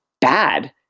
bad